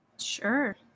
Sure